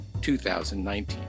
2019